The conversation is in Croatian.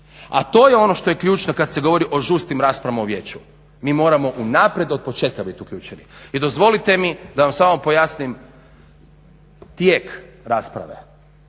A to je ono što je ključno kada se govori o žustrim raspravama u vijeću. Mi moramo unaprijed od početka biti uključeni. I dozvolite mi da vam samo pojasnim tijek rasprave.